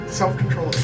self-control